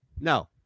No